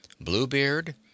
Bluebeard